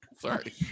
Sorry